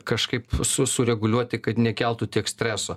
kažkaip su sureguliuoti kad nekeltų tiek streso